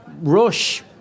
Rush